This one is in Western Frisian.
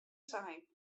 sein